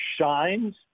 shines